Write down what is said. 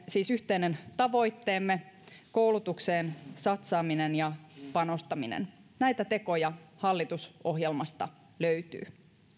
siis yhteinen tavoitteemme koulutukseen satsaaminen ja panostaminen näitä tekoja hallitusohjelmasta löytyy